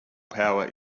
power